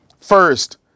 first